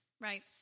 right